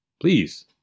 Please